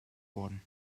worden